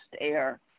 air